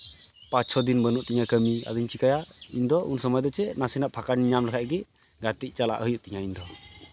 ᱯᱟᱸᱪ ᱪᱷᱚ ᱫᱤᱱ ᱵᱟᱹᱱᱩᱜ ᱛᱤᱧᱟ ᱠᱟᱹᱢᱤ ᱟᱫᱚ ᱪᱮᱫ ᱤᱧ ᱪᱤᱠᱟᱹᱭᱟ ᱤᱧᱫᱚ ᱩᱱ ᱥᱚᱢᱚᱭ ᱫᱚ ᱪᱮᱫ ᱱᱟᱥᱮᱭᱟᱜ ᱯᱷᱟᱸᱠᱟᱧ ᱧᱟᱢ ᱞᱮᱠᱷᱟᱡ ᱜᱮ ᱜᱟᱛᱮᱜ ᱪᱟᱞᱟᱜ ᱦᱩᱭᱩᱜ ᱛᱤᱧᱟ ᱤᱧᱫᱚ